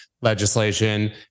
legislation